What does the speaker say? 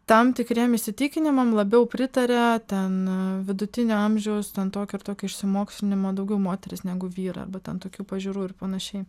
tam tikriem įsitikinimam labiau pritaria ten a vidutinio amžiaus ten tokio ir tokio išsimokslinimo daugiau moterys negu vyrą bet ten tokių pažiūrų ir panašiai